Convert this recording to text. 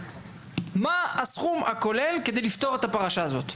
מה הסכום הכולל כדי לפתור את הפרשה הזאת.